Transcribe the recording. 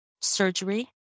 surgery